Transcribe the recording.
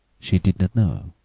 she did not know.